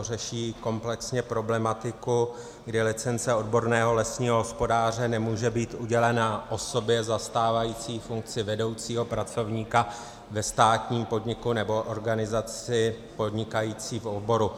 Řeší komplexně problematiku, kdy licence odborného lesního hospodáře nemůže být udělena osobě zastávající funkci vedoucího pracovníka ve státním podniku nebo organizaci podnikající v oboru.